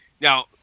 now